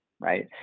Right